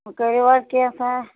وۅنۍ کٔرِو حظ کینٛژھا